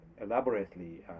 elaborately